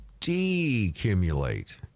decumulate